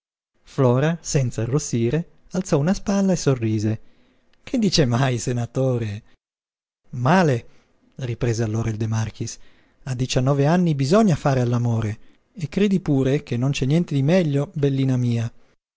flora senza arrossire alzò una spalla e sorrise che dice mai senatore male riprese allora il de marchis a diciannove anni bisogna fare all'amore e credi pure che non c'è niente di meglio bellina mia